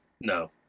No